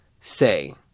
say